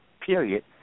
period